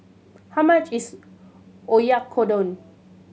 how much is Oyakodon